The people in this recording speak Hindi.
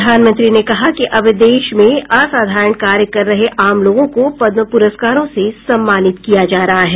प्रधानमंत्री ने कहा कि अब देश में असाधारण कार्य कर रहे आम लोगों को पदम पुरस्कारों से सम्मानित किया जा रहा है